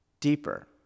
deeper